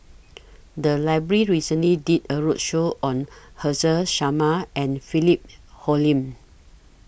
The Library recently did A roadshow on Haresh Sharma and Philip Hoalim